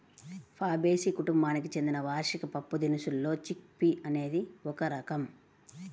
Fabaceae కుటుంబానికి చెందిన వార్షిక పప్పుదినుసుల్లో చిక్ పీ అనేది ఒక రకం